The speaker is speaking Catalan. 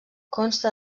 consta